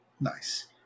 nice